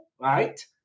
right